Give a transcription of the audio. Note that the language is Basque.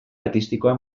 artistikoa